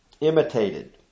imitated